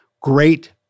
great